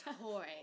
toy